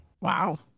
wow